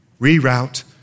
Reroute